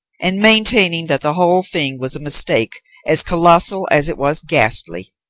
and maintaining that the whole thing was a mistake as colossal as it was ghastly.